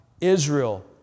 Israel